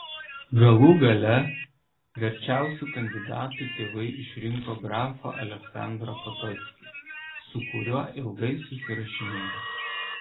galų gale verčiausiu kandidatu tėvai išrinko grafą aleksandrą potockį su kuriuo ilgai susirašinėjo